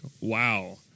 Wow